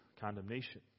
condemnation